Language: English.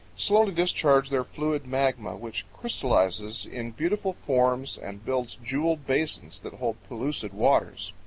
slowly discharge their fluid magma, which crystallizes in beautiful forms and builds jeweled basins that hold pellucid waters.